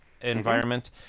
environment